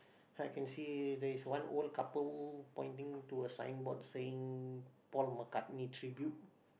I can see there is one old couple pointing to a signboard saying Paul-McCartney need tribute